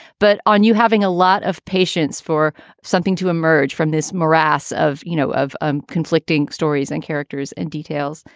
but on you having a lot of patience for something to emerge from this morass of, you know, of ah conflicting stories and characters and details.